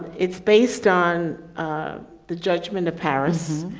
it's based on the judgment of paris.